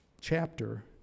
chapter